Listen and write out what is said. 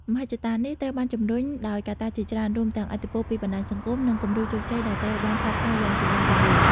មហិច្ឆតានេះត្រូវបានជំរុញដោយកត្តាជាច្រើន រួមទាំងឥទ្ធិពលពីបណ្តាញសង្គម និងគំរូជោគជ័យដែលត្រូវបានផ្សព្វផ្សាយយ៉ាងទូលំទូលាយ។